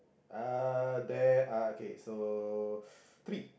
uh there are okay so three